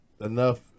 enough